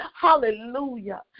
Hallelujah